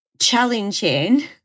challenging